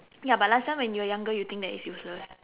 ya but last time when you were younger you think that it's useless